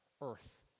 earth